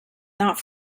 not